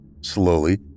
Slowly